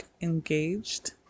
engaged